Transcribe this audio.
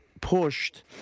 pushed